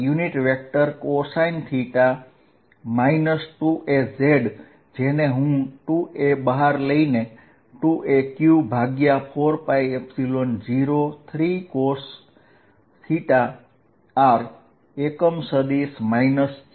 ઉપરાંત જો rrr હોય તો Er ને નીચે પ્રમાણે લખી શકાય છે